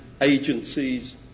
agencies